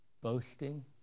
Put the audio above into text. boasting